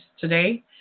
Today